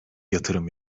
yatırım